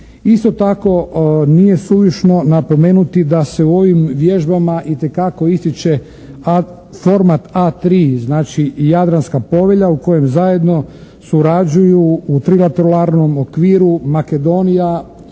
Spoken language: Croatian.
Isto tako, nije suvišno napomenuti da se u ovim vježbama itekako ističe format A3, znači Jadranska povelja u kojem zajedno surađuju u trilateralnom okviru Makedonija,